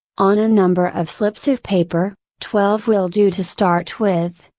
on a number of slips of paper, twelve will do to start with,